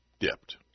Dipped